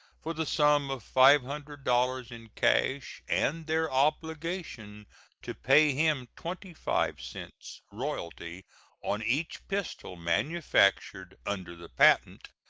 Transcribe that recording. for the sum of five hundred dollars in cash and their obligation to pay him twenty five cents royalty on each pistol manufactured under the patent,